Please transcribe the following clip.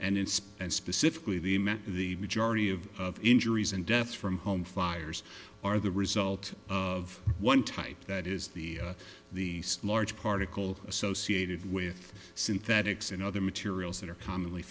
inspire and specifically the met the majority of injuries and deaths from home fires are the result of one type that is the the large particle associated with synthetics and other materials that are commonly